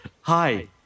Hi